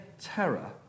terror